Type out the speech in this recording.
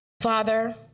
Father